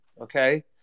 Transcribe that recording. okay